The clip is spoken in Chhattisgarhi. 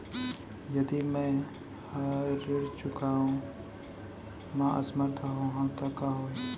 यदि मैं ह ऋण चुकोय म असमर्थ होहा त का होही?